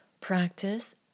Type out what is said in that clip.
practice